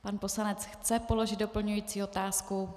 Pan poslanec chce položit doplňující otázku.